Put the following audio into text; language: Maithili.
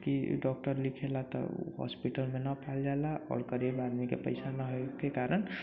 कि डॉक्टर लिखेला तऽ ओ हॉस्पिटलमे न पाइल जाइला आओर गरीब आदमीके पैसा न होइके कारण